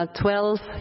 twelve